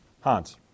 Hans